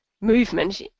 movement